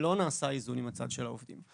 ולא נעשה איזון עם הצד של העובדים.